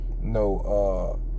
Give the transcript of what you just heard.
No